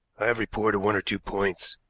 i have reported one or two points,